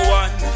one